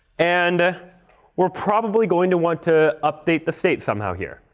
and we're probably going to want to update the state somehow here.